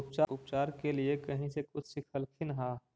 उपचार के लीये कहीं से कुछ सिखलखिन हा?